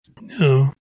No